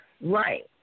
right